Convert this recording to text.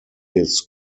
his